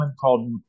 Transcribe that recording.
called